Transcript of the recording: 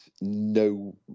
no